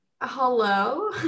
hello